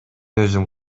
өзүм